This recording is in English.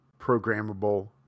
programmable